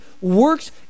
works